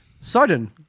Sudden